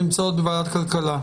שנמצאות בוועדת הכלכלה.